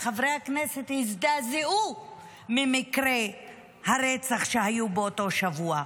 וחברי הכנסת הזדעזעו ממקרי הרצח שהיו באותו שבוע,